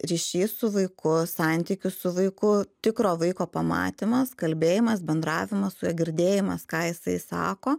ryšys su vaiku santykis su vaiku tikro vaiko pamatymas kalbėjimas bendravimas su juo girdėjimas ką jisai sako